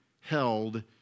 held